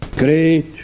great